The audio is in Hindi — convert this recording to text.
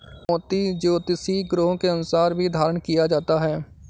मोती ज्योतिषीय ग्रहों के अनुसार भी धारण किया जाता है